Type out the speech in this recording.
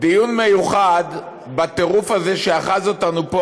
דיון מיוחד בטירוף הזה שאחז אותנו פה,